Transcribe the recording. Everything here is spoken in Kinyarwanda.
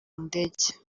ndege